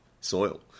soil